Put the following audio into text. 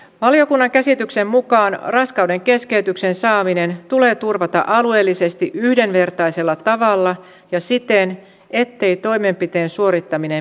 valiokunnan käsityksen mukaan raskaudenkeskeytyksen saaminen tulee turvata alueellisesti yhdenvertaisella tavalla ja siten ettei toimenpiteen suorittaminen viivästy